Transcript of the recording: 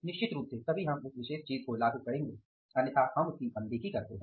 निश्चित रूप से तभी हम उस विशेष चीज़ को लागू करेंगे अन्यथा हम उसकी अनदेखी करते हैं